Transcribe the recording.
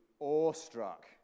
awestruck